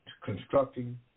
constructing